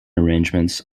arrangements